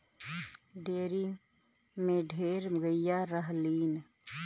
dairy में ढेर गइया रहलीन